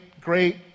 great